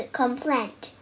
complaint